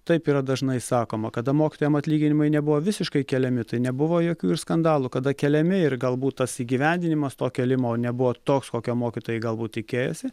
taip yra dažnai sakoma kada mokytojam atlyginimai nebuvo visiškai keliami tai nebuvo jokių ir skandalų kada keliami ir galbūt tas įgyvendinimas to kėlimo nebuvo toks kokio mokytojai galbūt tikėjosi